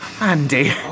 Andy